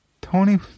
tony